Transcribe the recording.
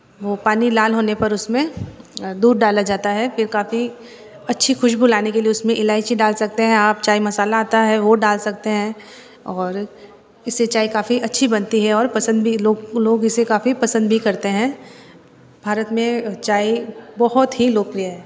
वो पानी लाल होने पर उसमें दूध डाला जाता है फिर काफ़ी अच्छी खुश्बू लाने के लिए उसमें इलायची डाल सकते हैं आप चाय मसाला आता है वो डाल सकते हैं और इससे चाय काफ़ी अच्छी बनती है और पसंद भी लोग लोग इसे काफ़ी पसंद भी करते हैं भारत में चाय बहुत ही लोकप्रिय है